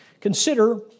Consider